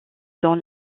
dans